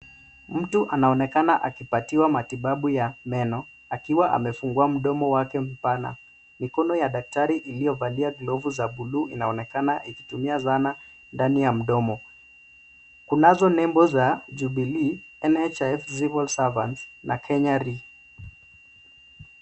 Mtu anaonekana akipatiwa matibabu ya meno akiwa amefungua mdomo wake mpana. Mikono ya daktari iliyovalia glovu za buluu inaonekana ikitumia zana ndani ya mdomo. Kunazo nembo za Jubilee, NHIF civil servants na Kenya Re.